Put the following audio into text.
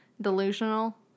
delusional